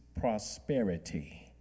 prosperity